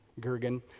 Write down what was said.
Gergen